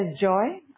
joy